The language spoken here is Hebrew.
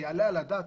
היעלה על הדעת?